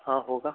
हाँ होगा